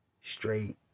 straight